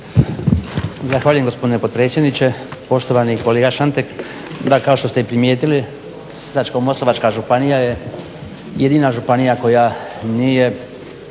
Zahvaljujem gospodine potpredsjedniče. Poštovani kolega Šantek da kao što ste i primijetili Sisačko-moslavačka županija je jedina županija koja nije